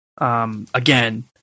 again